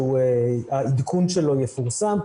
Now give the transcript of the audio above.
שהעדכון שלו יפורסם.